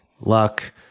luck